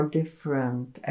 different